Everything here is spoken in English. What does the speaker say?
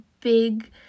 big